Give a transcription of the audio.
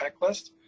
checklist